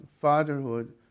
fatherhood